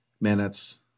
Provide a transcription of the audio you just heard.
minutes